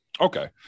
Okay